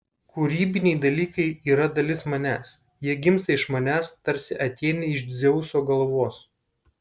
kūrybiniai dalykai yra dalis manęs jie gimsta iš manęs tarsi atėnė iš dzeuso galvos